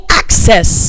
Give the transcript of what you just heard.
access